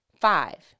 Five